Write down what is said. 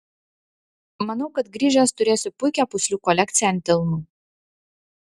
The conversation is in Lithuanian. manau kad grįžęs turėsiu puikią pūslių kolekciją ant delnų